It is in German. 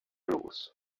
los